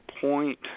point –